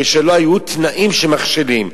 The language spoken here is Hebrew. כשלא היו תנאים שמכשילים.